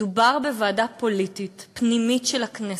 מדובר בוועדה פוליטית-פנימית של הכנסת.